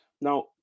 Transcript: Now